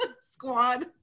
squad